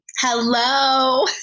Hello